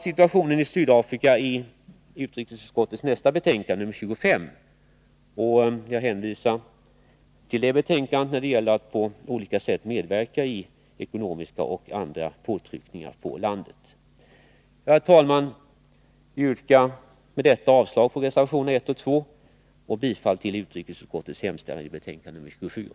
Situationen i Sydafrika behandlas i utrikesutskottets nästa betänkande, nr 25, som jag hänvisar till när det gäller att på olika sätt medverka i de ekonomiska och andra påtryckningarna på landet. Herr talman! Jag yrkar med detta avslag på reservationerna 1 och 2 och bifall till utrikesutskottets hemställan i betänkande nr 24.